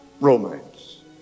romance